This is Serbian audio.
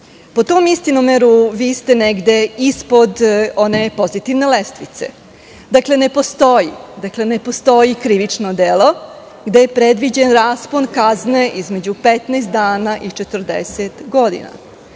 Po tom istinomeru vi ste negde ispod one pozitivne lestvice. Dakle, ne postoji krivično delo gde je predviđen raspon kazne između 15 dana i 40 godina. Zaista,